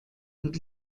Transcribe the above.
und